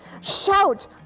shout